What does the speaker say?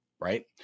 Right